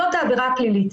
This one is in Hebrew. זאת העבירה הפלילית.